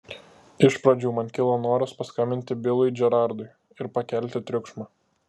iš pradžių man kilo noras paskambinti bilui džerardui ir pakelti triukšmą